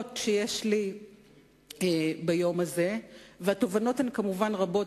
שיש לי ביום הזה, והתובנות הן כמובן רבות